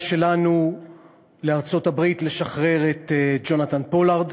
שלנו לארצות-הברית לשחרר את ג'ונתן פולארד.